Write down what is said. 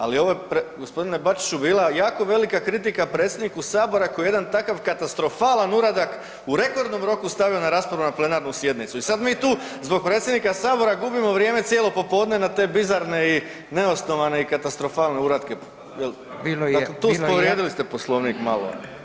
Ali ovo je g. Bačiću bila jako velika kritika predsjedniku sabora koji je jedan tako katastrofalan uradak u rekordnom roku stavio na raspravu na plenarnu sjednicu i sad mi tu zbog predsjednika sabora gubimo vrijeme cijelo popodne na te bizarne i neosnovane i katastrofalne uratke, dakle tu ste, povrijedili ste Poslovnik malo.